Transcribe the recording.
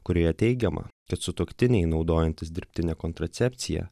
kurioje teigiama kad sutuoktiniai naudojantys dirbtinę kontracepciją